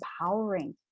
empowering